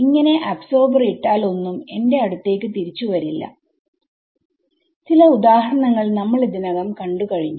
ഇങ്ങനെ അബ്സോർബർ ഇട്ടാൽ ഒന്നും എന്റെ അടുത്തേക്ക് തിരിച്ചു വരില്ല ചില ഉദാഹരണങ്ങൾ നമ്മൾഇതിനകം കണ്ടുകഴിഞ്ഞു